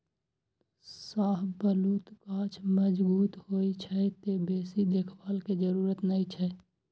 शाहबलूत गाछ मजगूत होइ छै, तें बेसी देखभाल के जरूरत नै छै